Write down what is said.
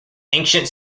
ancient